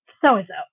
so-and-so